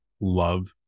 love